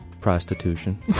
Prostitution